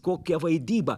kokia vaidyba